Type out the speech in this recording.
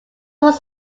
was